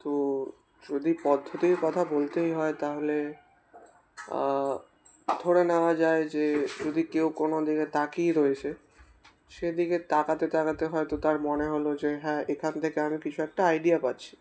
তো যদি পদ্ধতির কথা বলতেই হয় তাহলে ধরে নেওয়া যায় যে যদি কেউ কোনো দিকে তাকিয়ে রয়েছে সেদিকে তাকাতে তাকাতে হয়তো তার মনে হলো যে হ্যাঁ এখান থেকে আমি কিছু একটা আইডিয়া পাচ্ছি